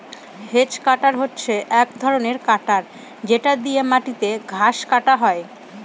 hedge cutter হচ্ছে এক ধরনের কাটার যেটা দিয়ে মাটিতে ঘাস কাটা হয়